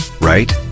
right